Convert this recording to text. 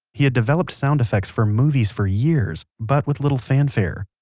he had developed sound effects for movies for years, but with little fanfare.